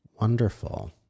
Wonderful